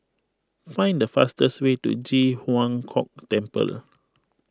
find the fastest way to Ji Huang Kok Temple